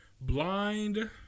blind